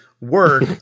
Work